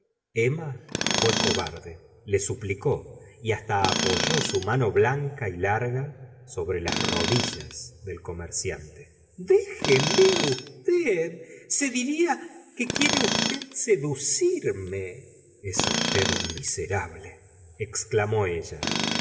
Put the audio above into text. emma fué cobarde le suplicó y hasta apoyó su mano blanca y larga sobre las rodillas del comerciante déjeme usted se diría que quiere usted sedu f cirme l es usted un miserable exclamó ella